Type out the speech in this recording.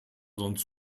sonst